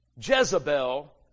Jezebel